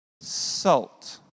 salt